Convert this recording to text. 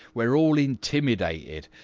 we're all intimidated.